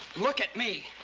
look at me!